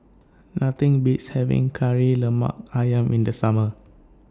Nothing Beats having Kari Lemak Ayam in The Summer